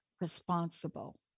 responsible